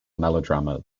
melodrama